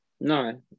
No